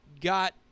got